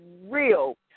real